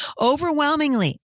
Overwhelmingly